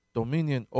dominion